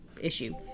issue